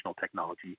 technology